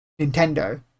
nintendo